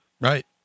Right